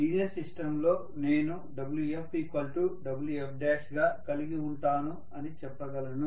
linear సిస్టంలో నేను WfWf గా కలిగి ఉంటాను అని చెప్పగలను